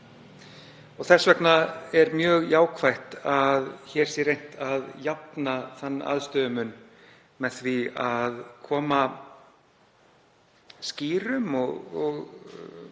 Þess vegna er mjög jákvætt að hér sé reynt að jafna þann aðstöðumun með því að koma skýrum og að